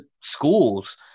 schools